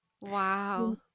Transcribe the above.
wow